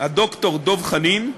ד"ר דב חנין,